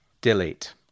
Delete